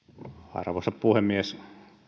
arvoisa puhemies